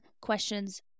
questions